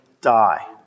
die